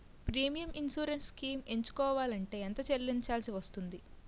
Premium insurance schemes ఎంచుకోవలంటే ఎంత చల్లించాల్సివస్తుంది??